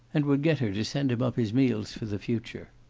and would get her to send him up his meals for the future.